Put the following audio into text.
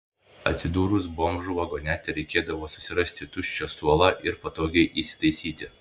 atsidūrus bomžų vagone tereikėdavo susirasti tuščią suolą ir patogiai įsitaisyti